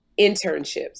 internships